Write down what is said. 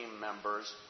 members